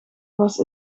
was